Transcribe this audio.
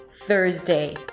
THURSDAY